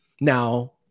Now